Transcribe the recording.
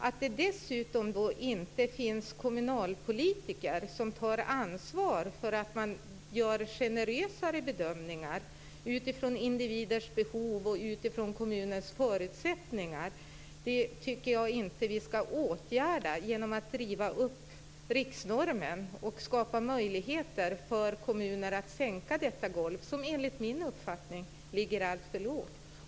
Att det sedan inte finns kommunalpolitiker som tar ansvar för att göra generösare bedömningar utifrån individers behov och kommunens förutsättningar tycker jag inte vi ska åtgärda genom att driva upp riksnormen och skapa möjligheter för kommuner att sänka detta golv, som enligt min uppfattning ligger alltför lågt.